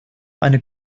eine